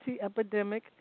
epidemic